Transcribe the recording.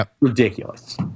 ridiculous